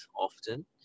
often